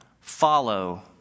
follow